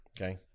okay